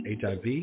HIV